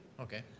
Okay